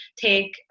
take